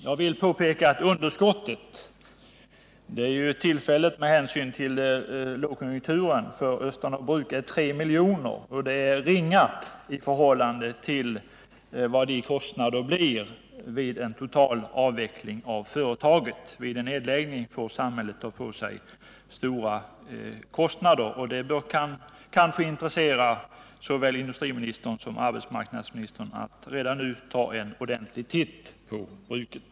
Jag vill påpeka att underskottet för Östanå bruk, som är tillfälligt med hänsyn till lågkonjunkturen, uppgår till 3 milj.kr. per år. Det är en ringa summa i förhållanae till de kostnader som uppstår vid en total avveckling av företaget. Vid en nedläggning får samhället ta på sig stora kostnader. Det bör kanske intressera såväl industrisom arbetsmarknadsminstern till att redan nu ta en ordentlig titt på bruket.